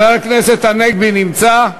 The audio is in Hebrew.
חבר הכנסת הנגבי נמצא?